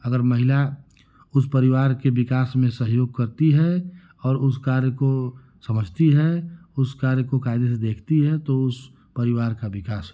अगर महिला उस परिवार के विकास में सहयोग करती है और उस कार्य को समझती है उस कार्य को कायदेे से देखती है तो उस परिवार का विकास होगा